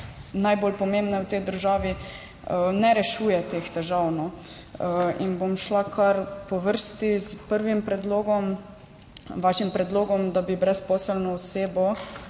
najbolj pomembne v tej državi, ne rešuje. Bom šla kar po vrsti s prvim predlogom, vašim predlogom, da bi brezposelno osebo